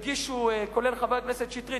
כולל חבר הכנסת שטרית,